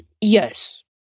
Yes